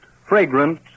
fragrant